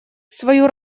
свою